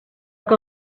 que